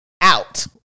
Out